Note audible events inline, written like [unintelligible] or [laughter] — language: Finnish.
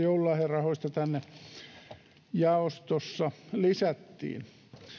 [unintelligible] joululahjarahoista tänne jaostossa lisättiin